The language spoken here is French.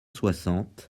soixante